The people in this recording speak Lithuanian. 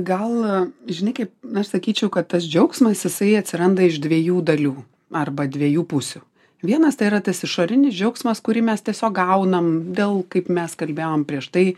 gal žinai kaip aš sakyčiau kad tas džiaugsmas jisai atsiranda iš dviejų dalių arba dviejų pusių vienas tai yra tas išorinis džiaugsmas kurį mes tiesiog gaunam dėl kaip mes kalbėjom prieš tai